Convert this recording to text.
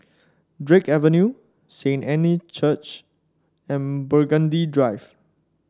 Drake Avenue Saint Anne Church and Burgundy Drive